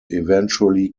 eventually